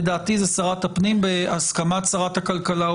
לדעתי זו שרת הפנים בהסכמת שרת הכלכלה או